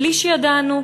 בלי שידענו,